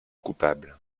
coupable